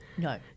No